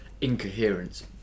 incoherence